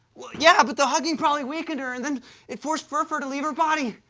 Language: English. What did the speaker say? well, yeah, but the hugging probably weakened her, and then it forced fur fur to leave her body.